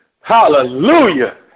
Hallelujah